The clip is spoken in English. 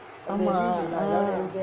ஆமா:aamaa ah